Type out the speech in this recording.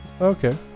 Okay